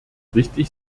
richtig